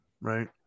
right